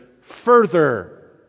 further